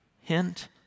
Hint